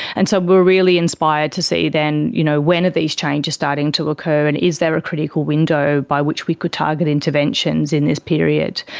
and so we are really inspired to see then you know when are these changes starting to occur and is there a critical window by which we could target interventions in this period?